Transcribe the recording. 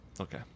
Okay